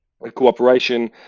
cooperation